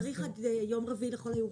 צריך עד יום רביעי לכל המאוחר.